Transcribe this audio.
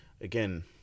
again